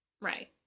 Right